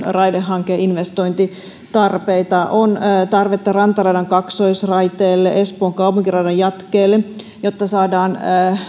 raidehankeinvestointitarpeita on tarvetta rantaradan kaksoisraiteelle espoon kaupunkiradan jatkeelle jotta saadaan